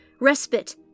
respite